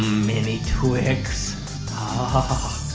mini twix ahhhhh